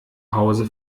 hause